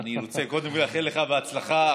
אני רוצה קודם לאחל לך בהצלחה,